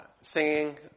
singing